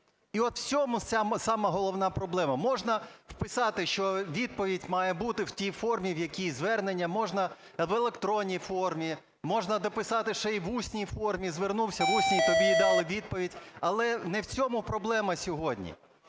І от в цьому сама головна проблема. Можна вписати, що відповідь має бути в тій формі, в якій звернення, можна в електронній формі, можна дописати ще і в усній формі, звернувся в усній, тобі дали і відповідь, але не в цьому проблема сьогодні.